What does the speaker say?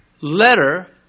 letter